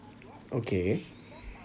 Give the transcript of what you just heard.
okay